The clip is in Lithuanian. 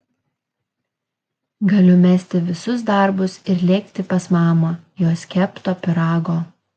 galiu mesti visus darbus ir lėkti pas mamą jos kepto pyrago